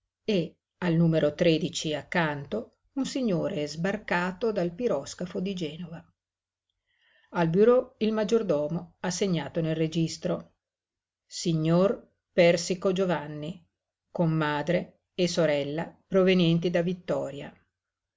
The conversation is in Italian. e al numero tredici accanto un signore sbarcato dal piroscafo di genova al bureau il maggiordomo ha segnato nel registro signor persico giovanni con madre e sorella provenienti da vittoria